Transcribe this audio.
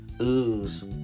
ooze